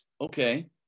Okay